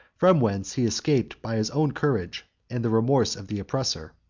from whence he escaped by his own courage and the remorse of the oppressor.